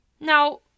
Now